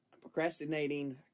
procrastinating